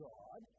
God